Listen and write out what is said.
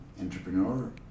entrepreneur